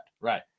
right